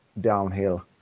downhill